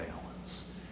balance